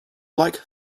like